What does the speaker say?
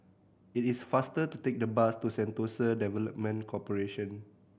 it is faster to take the bus to Sentosa Development Corporation